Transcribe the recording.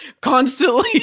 constantly